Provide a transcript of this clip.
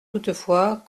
toutefois